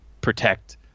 protect